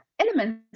elements